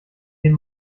den